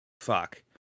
fuck